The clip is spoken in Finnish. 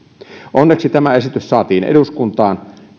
onneksi tämä esitys saatiin eduskuntaan